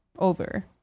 over